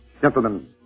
Gentlemen